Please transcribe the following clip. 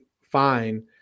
fine